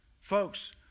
Folks